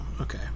Okay